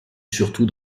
surtout